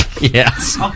Yes